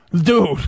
dude